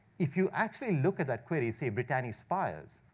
if you actually look at that query, see brittany spires,